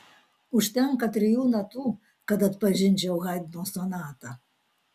užtenka trijų natų kad atpažinčiau haidno sonatą